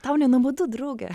tau nenuobodu drauge